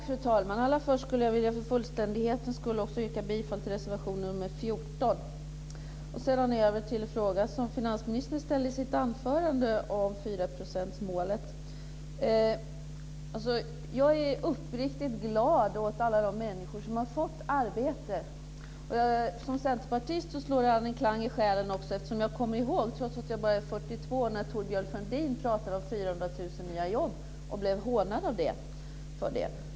Fru talman! Jag yrkar allra först för fullständighetens skull bifall också till reservation nr 14. Så över till den fråga om 4-procentsmålet som finansministern ställde i sitt anförande. Jag är uppriktigt glad över alla de människor som har fått arbete. Det slår an en sträng i själen på mig som centerpartist, eftersom jag trots att jag bara är 42 kommer ihåg när Thorbjörn Fälldin talade om 400 000 nya jobb och blev hånad för det.